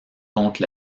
contre